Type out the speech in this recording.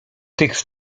tych